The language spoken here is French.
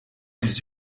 villes